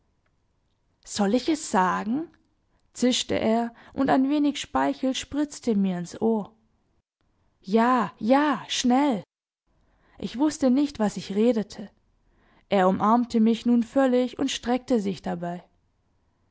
soll ich es sagen zischte er und ein wenig speichel spritzte mir ins ohr ja ja schnell ich wußte nicht was ich redete er umarmte mich nun völlig und streckte sich dabei